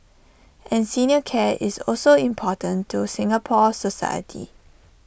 and senior care is also important to Singapore society